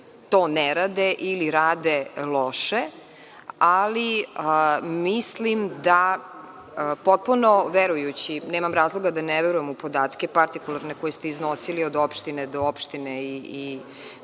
to ne rade ili rade loše, ali mislim da, potpuno verujući, nemam razloga da ne verujem u podatke partikularne koje ste iznosili od opštine do opštine i